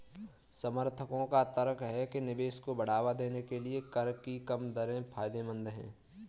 समर्थकों का तर्क है कि निवेश को बढ़ावा देने के लिए कर की कम दरें फायदेमंद हैं